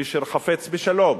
מי שחפץ בשלום.